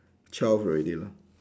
twelve already lah